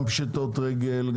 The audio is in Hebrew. גם פשיטות רגל.